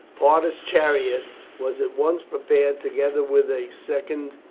parta's chariot was at once prepared, together with a second,